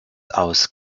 aus